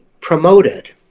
promoted